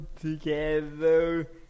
together